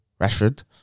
Rashford